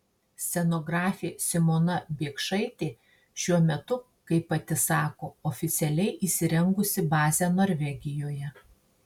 scenografė simona biekšaitė šiuo metu kaip pati sako oficialiai įsirengusi bazę norvegijoje